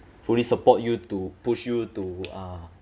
fully support you to push you to uh